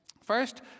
First